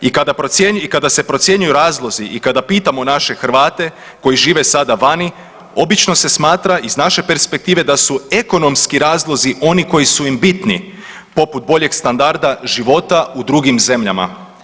I kada se procjenjuju razlozi, i kada pitamo naše Hrvate koji žive sada vani, obično se smatra iz naše perspektive da su ekonomski razlozi oni koji su im bitni poput boljeg standarda života u drugim zemljama.